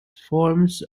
forms